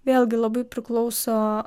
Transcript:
vėlgi labai priklauso